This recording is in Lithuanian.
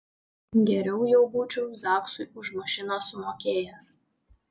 geriau jau būčiau zaksui už mašiną sumokėjęs